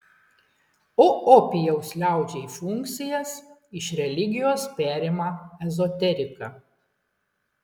o opijaus liaudžiai funkcijas iš religijos perima ezoterika